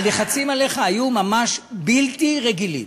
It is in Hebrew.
הלחצים עליך היו ממש בלתי רגילים.